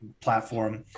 platform